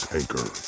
anchor